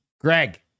Greg